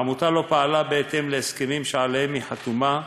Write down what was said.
העמותה לא פעלה בהתאם להסכמים שעליהם היא חתומה,